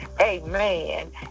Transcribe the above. amen